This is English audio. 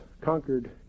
conquered